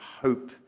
hope